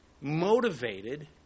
motivated